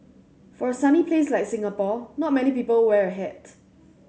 for a sunny place like Singapore not many people wear a hat